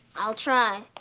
i'll try.